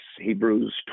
hebrews